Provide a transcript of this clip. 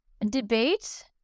Debate